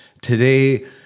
today